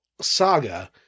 saga